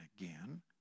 again